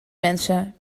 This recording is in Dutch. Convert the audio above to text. mensen